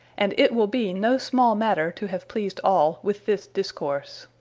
and it will be no small matter, to have pleased all, with this discourse.